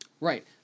Right